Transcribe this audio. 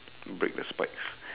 break the spikes